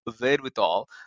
wherewithal